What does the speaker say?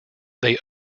they